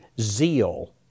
zeal